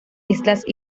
islas